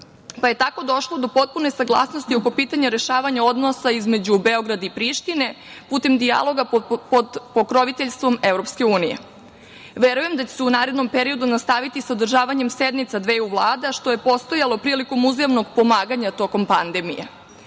pa je tako došlo do potpune saglasnosti oko pitanja rešavanja odnosa između Beograda i Prištine putem dijaloga pod pokroviteljstvom EU.Verujem da će se u narednom periodu nastaviti sa održavanjem sednica dveju vlada, što je postojalo prilikom uzajamnog pomaganja tokom pandemije.